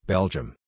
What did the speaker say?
Belgium